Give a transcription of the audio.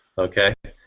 okay?